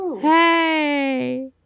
hey